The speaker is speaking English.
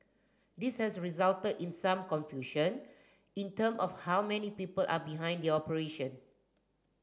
this has resulted in some confusion in term of how many people are behind the operation